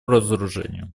разоружению